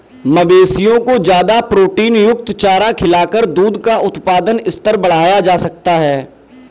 मवेशियों को ज्यादा प्रोटीनयुक्त चारा खिलाकर दूध का उत्पादन स्तर बढ़ाया जा सकता है